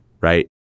right